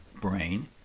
brain